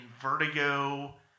Vertigo